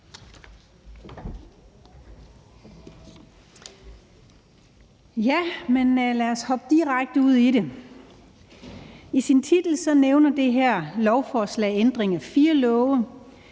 Lad os hoppe direkte ud i det. I sin titel nævner det her lovforslag ændring af fire love,